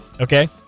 Okay